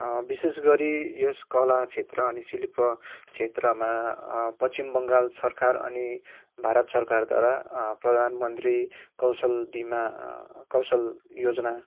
विशेष गरी यस कला क्षेत्र अनि शिल्प क्षेत्रमा पश्चिम बङ्गाल सरकार अनि भारत सरकारद्वारा प्रधान मन्त्री कौशल बिमा कौशल योजना